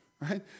Right